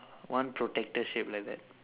one protector shape like that